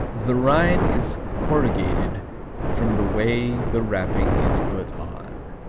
the rind is corrugated from the way the wrapping is put on.